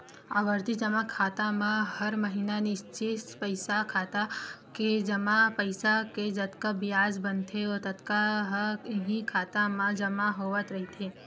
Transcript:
आवरती जमा खाता म हर महिना निस्चित पइसा खाता के जमा पइसा के जतका बियाज बनथे ततका ह इहीं खाता म जमा होवत रहिथे